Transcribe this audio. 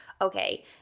Okay